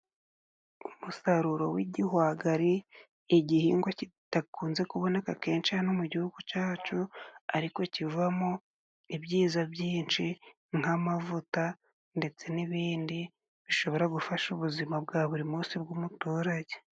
Umusaruro w'igihwagari: igihingwa kidakunze kuboneka kenenshi hano mu gihugu cacu ariko kivamo ibyiza byinshi nk'amavuta ndetse n'ibindi bishobora gufasha ubuzima bwa buri munsi bw'umuturage.